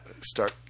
start